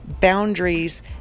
boundaries